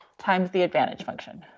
times the advantage function.